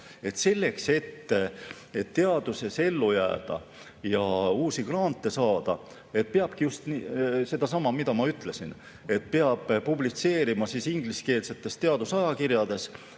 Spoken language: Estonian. Selleks et teaduses ellu jääda ja uusi grante saada, peabki tegema just sedasama, mida ma ütlesin: publitseerima ingliskeelsetes teadusajakirjades.